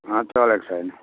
अँ चलेको छैन